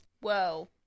Whoa